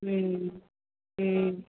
हम्म हम्म